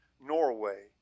Norway